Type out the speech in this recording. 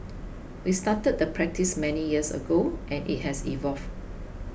we started the practice many years ago and it has evolved